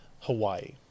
Hawaii